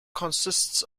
consists